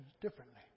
differently